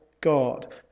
God